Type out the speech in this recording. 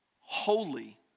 holy